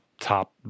top